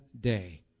day